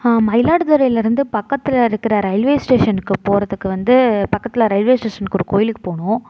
மயிலாடுதுறையில் இருந்து பக்கத்தில் இருக்கிற ரயில்வே ஸ்டேஷனுக்குப் போகிறதுக்கு வந்து பக்கத்தில் ரயில்வே ஸ்டேஷனுக்கு ஒரு கோவிலுக்குப் போகணும்